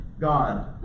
God